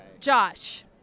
Josh